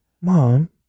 Mom